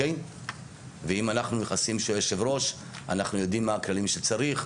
אנחנו יודעים מה הכללים שצריך.